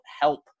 help